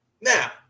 Now